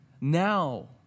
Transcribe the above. now